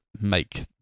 make